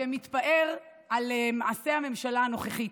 שמתפאר על מעשי הממשלה הנוכחית.